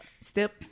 step